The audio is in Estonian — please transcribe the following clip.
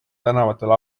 tänavatel